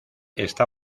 está